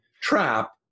trap